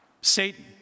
Satan